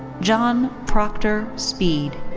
john proctor speed.